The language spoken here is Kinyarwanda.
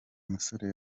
musore